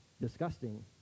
disgusting